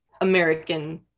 American